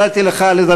ממשלה לא אחראית.